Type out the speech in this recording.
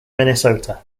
minnesota